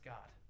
God